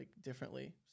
differently